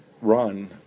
run